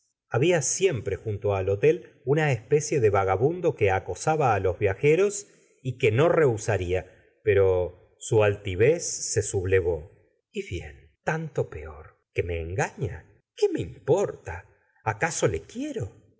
rabia siempre junto al hotel una especie de vagabundo que acosaba á los viajeros y que no rehusaría pero su altivez se sublevó y bien tanto peor que me engaña qué me importa acaso le quiero